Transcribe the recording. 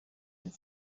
that